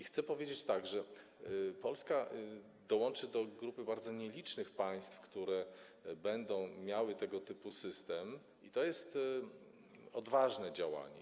Chcę powiedzieć, że Polska dołączy do grupy bardzo nielicznych państw, które będą miały tego typu system i to jest odważne działanie.